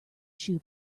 shoe